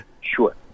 Sure